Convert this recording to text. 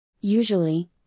Usually